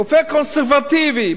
רופא קונסרבטיבי,